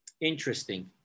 Interesting